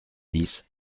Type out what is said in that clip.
dix